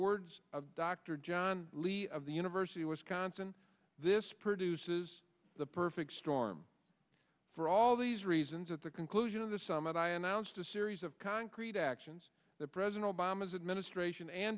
words of dr john lee of the university of wisconsin this produces the perfect storm for all these reasons at the conclusion of the summit i announced a series of concrete actions that president obama's administration a